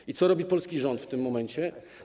I co robi polski rząd w tym momencie?